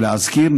ולהזכיר,